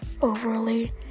overly